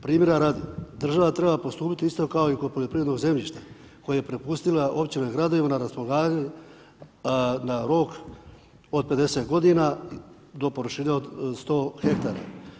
Primjera radi, država treba postupiti isto kao i kod poljoprivrednog zemljišta koje je prepustila općinama i gradovima na raspolaganje na rok od 50 godina, do površine od 100 hektara.